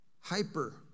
hyper